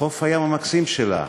חוף הים המקסים שלה,